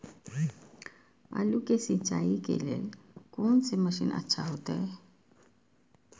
आलू के सिंचाई के लेल कोन से मशीन अच्छा होते?